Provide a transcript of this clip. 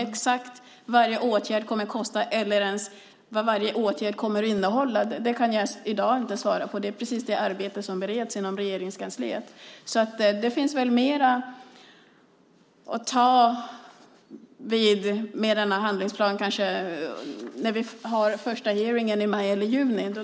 Exakt vad varje åtgärd kommer att kosta eller ens vad varje åtgärd kommer att innehålla kan jag inte svara på i dag. Det är precis det arbete som bereds inom Regeringskansliet. Det finns väl mer att ta in i denna handlingsplan, kanske när vi har den första hearingen i maj eller juni.